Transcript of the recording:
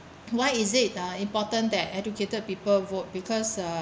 why is it uh important that educated people vote because uh